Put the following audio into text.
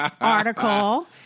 article